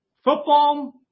Football